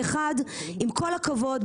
אחד עם כל הכבוד,